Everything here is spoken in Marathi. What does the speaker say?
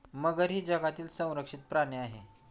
मगर ही जगातील संरक्षित प्राणी आहे